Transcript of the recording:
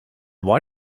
why